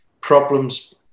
problems